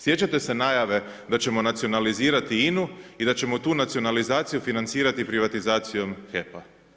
Sjećate se najave da ćemo nacionalizirati INA-u i da ćemo tu nacionalizaciju financirati privatizacijom HEP-a.